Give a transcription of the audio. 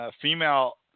female